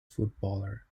footballer